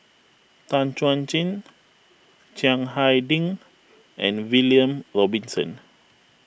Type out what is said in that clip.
Tan Chuan Jin Chiang Hai Ding and William Robinson